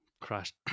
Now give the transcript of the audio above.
crash